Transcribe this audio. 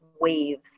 waves